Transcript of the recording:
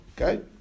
Okay